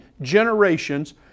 generations